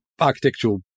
architectural